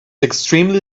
extremely